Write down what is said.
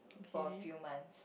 for a few months